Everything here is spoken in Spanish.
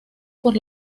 por